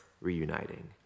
reuniting